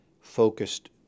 focused